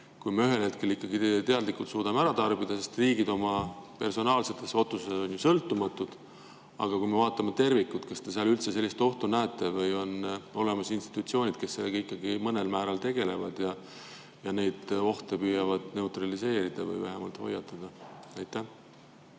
kui me ühel hetkel ikkagi teadlikult suudame ära tarbida? Sest riigid oma personaalsetes otsustes on ju sõltumatud. Aga kui me vaatame tervikut, siis kas te seal üldse sellist ohtu näete? Või on olemas institutsioonid, kes sellega ikkagi mingil määral tegelevad ja neid ohte püüavad neutraliseerida või vähemalt nende eest